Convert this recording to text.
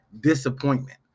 disappointment